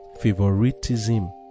favoritism